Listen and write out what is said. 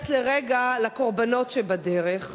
ונתייחס לרגע לקורבנות שבדרך.